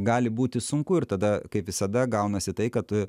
gali būti sunku ir tada kaip visada gaunasi tai kad